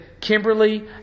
Kimberly